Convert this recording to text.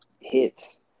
hits